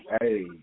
hey